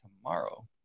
tomorrow